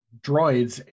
droids